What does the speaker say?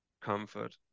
comfort